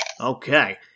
Okay